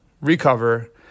recover